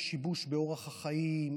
השיבוש באורח החיים,